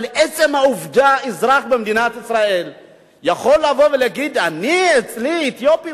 אבל עצם העובדה שאזרח במדינת ישראל יכול לבוא ולהגיד: אצלי אתיופים?